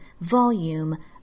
volume